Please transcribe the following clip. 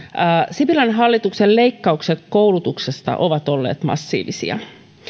sipilän hallituksen leikkaukset koulutuksesta ovat olleet massiivisia